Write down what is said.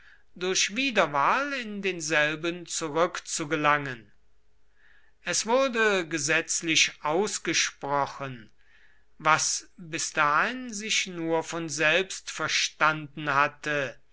durch wiederwahl in denselben zurückzugelangen es wurde gesetzlich ausgesprochen was bis dahin sich nur von selbst verstanden hatte